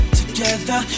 together